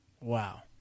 Wow